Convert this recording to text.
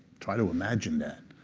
try to imagine that.